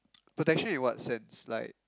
protection in what sense like